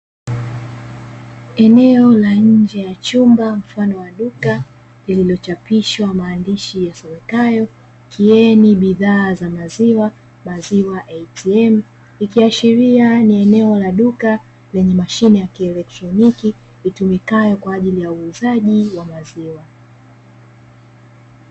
Eneo la nje ya chumba mfano wa duka, lililochapishwa maandishi yasomekayo "kieni bidhaa za maziwa, maziwa ATM". Ikiashiria ni eneo la duka lenye mashine ya kielektroniki, itumikayo kwa ajili ya uuzaji wa maziwa.